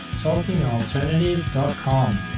talkingalternative.com